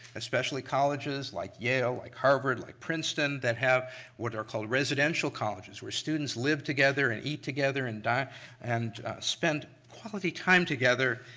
especially colleges like yale, like harvard, like princeton, that have what are called residential colleges where students live together and eat together and and spend quality time together,